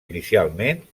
inicialment